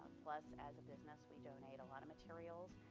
plus, as a business, we donate a lot of materials.